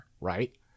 right